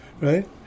Right